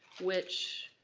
which,